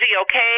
okay